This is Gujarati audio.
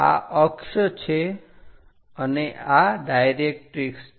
આ અક્ષ છે અને આ ડાયરેક્ટરીક્ષ છે